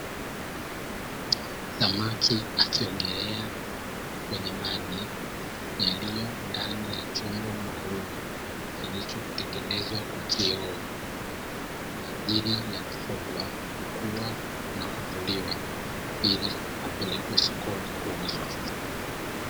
Samaki akiogelea kwenye maji yaliyo ndani ya chombo maalumU kilichotengenezwa kwa kioo, kwa ajili ili ya kukua na kuvuliwa ili apelekwe sokoni kuuzwa.